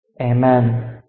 Amen